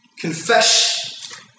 confess